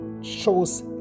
shows